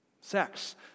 sex